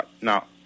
now